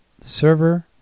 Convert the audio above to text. server